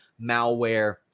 malware